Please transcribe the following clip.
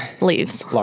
leaves